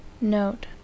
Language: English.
Note